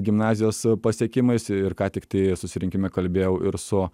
gimnazijos pasiekimais ir ką tiktai susirinkime kalbėjau ir su